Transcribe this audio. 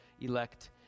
elect